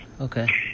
okay